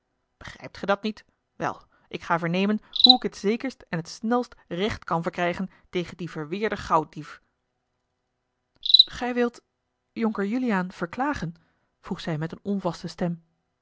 begrijpt gij dat niet wel ik ga vernemen hoe ik het zekerst en het snelst recht kan verkrijgen tegen dien verweerden gauwdief gij wilt jonker juliaan verklagen vroeg zij met eene onvaste stem